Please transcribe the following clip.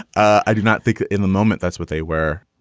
i do not think in the moment that's what they wear.